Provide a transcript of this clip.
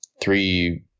three